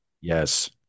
Yes